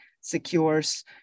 secures